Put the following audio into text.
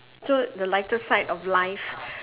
so the lighter side of life